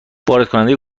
واردکننده